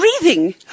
breathing